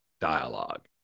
dialogue